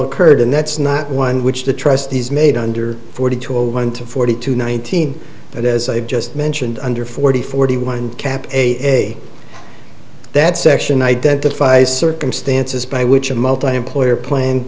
occurred and that's not one which the trustees made under forty two a one to forty two nineteen but as i've just mentioned under forty forty one cap a that section identifies circumstances by which a multiplayer plan